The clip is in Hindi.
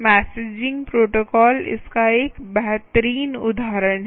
मैसेजिंग प्रोटोकॉल इसका एक बेहतरीन उदाहरण है